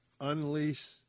unleash